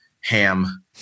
ham